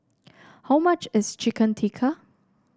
how much is Chicken Tikka